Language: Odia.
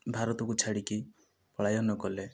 ଭାରତକୁ ଛାଡ଼ିକି ପଳାୟନ କଲେ